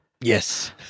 Yes